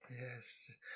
Yes